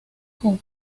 con